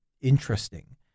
Interesting